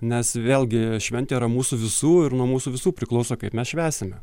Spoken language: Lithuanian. nes vėlgi šventė yra mūsų visų ir nuo mūsų visų priklauso kaip mes švęsime